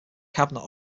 cabinet